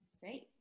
Great